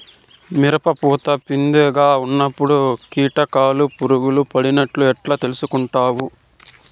మిరప పూత పిందె గా ఉన్నప్పుడు కీటకాలు పులుగులు పడినట్లు ఎట్లా తెలుసుకుంటావు?